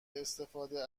استفاده